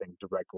directly